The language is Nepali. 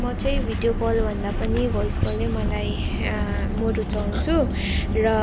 म चाहिँ भिडियो कलभन्दा पनि भोइस कलै मलाई म रुचाउँछु र